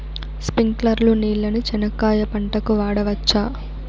స్ప్రింక్లర్లు నీళ్ళని చెనక్కాయ పంట కు వాడవచ్చా?